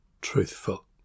truthful